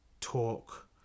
talk